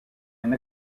une